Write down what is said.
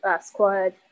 squad